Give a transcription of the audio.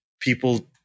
people